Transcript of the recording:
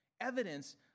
Evidence